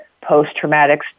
post-traumatic